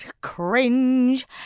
cringe